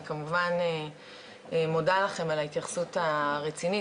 אני כמובן מודה לכם על ההתייחסות הרצינית,